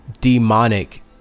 demonic